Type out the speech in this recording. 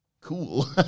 Cool